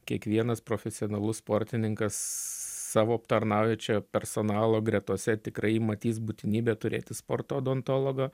kiekvienas profesionalus sportininkas savo aptarnaujančio personalo gretose tikrai matys būtinybę turėti sporto odontologą